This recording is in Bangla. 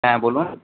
হ্যাঁ বলুন